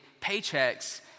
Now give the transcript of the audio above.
paychecks